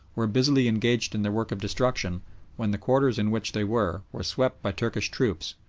were busily engaged in their work of destruction when the quarters in which they were, were swept by turkish troops,